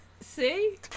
See